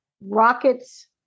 rockets